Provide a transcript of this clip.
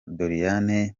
doriane